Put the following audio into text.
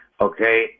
Okay